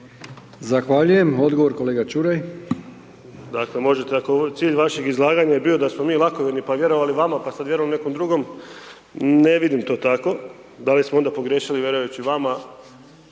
(HNS)** .../Govornik se ne razumije./... cilj vašeg izlaganja je bio da smo mi lakovjerni pa vjerovali vama, pa sad vjerujemo nekom drugom, ne vidim to tako, da li smo onda pogriješili vjerujući vama,